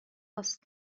است